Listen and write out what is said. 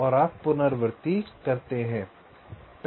और आप पुनरावर्ती करते हैं